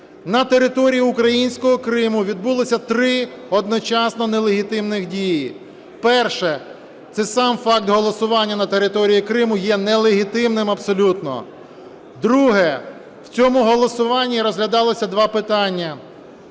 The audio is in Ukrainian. На території українського Криму відбулися три одночасно нелегітимних дії. Перше. Це сам факт голосування на території Криму є нелегітимним абсолютно. Друге. В цьому голосуванні розглядалися два питання,